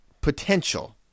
potential